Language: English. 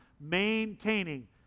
Maintaining